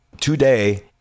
today